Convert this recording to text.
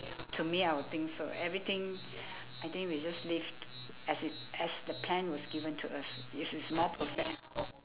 to me I would think so everything I think we just live as it as the plan was given to us it is more perfect